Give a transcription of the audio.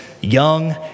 young